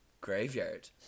graveyard